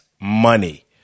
money